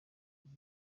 leta